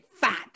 fat